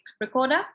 recorder